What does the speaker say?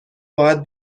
باید